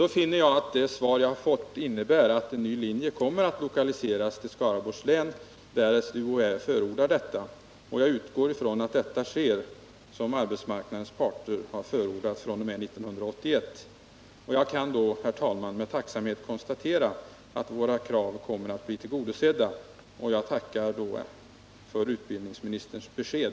Jag finner att det svar jag har fått innebär att en ny linje kommer att lokaliseras till Skaraborgs län, därest UHÄ förordar detta. Jag utgår från att detta — som arbetsmarknadens parter har förordat — sker fr.o.m. 1981, och jag kan då, herr talman, med tacksamhet konstatera att våra krav kommer att bli tillgodosedda. Jag tackar för utbildningsministerns besked.